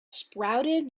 sprouted